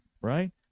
right